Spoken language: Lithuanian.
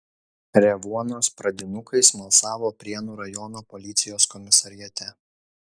revuonos pradinukai smalsavo prienų rajono policijos komisariate